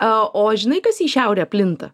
o o žinai kas į šiaurę plinta